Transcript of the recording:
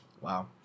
Wow